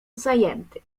zajęty